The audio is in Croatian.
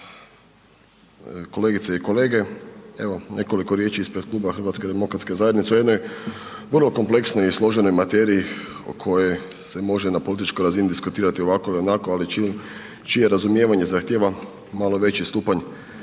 riječi ispred kluba HDZ-a o jednoj vrlo kompleksnoj i složenoj materiji o kojoj se može na političkoj razini diskutirati ovako ili onako, ali čije razumijevanje zahtijeva malo veći stupanj